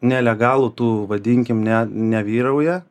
nelegalų tų vadinkim ne nevyrauja